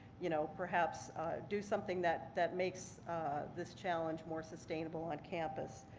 you know, perhaps do something that that makes this challenge more sustainable on campus.